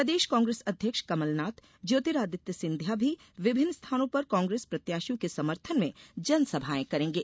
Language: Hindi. प्रदेश कांग्रेस अध्यक्ष कमलनाथ ज्योतिरादित्य सिंधिया भी विभिन्न स्थानों पर कांग्रेस प्रत्याशियों के समर्थन में जनसभाएं करेंगे